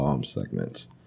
segments